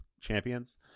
champions